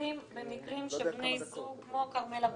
במקרים כמו מקרה של כרמלה בוחבוט.